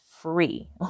free